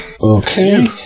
Okay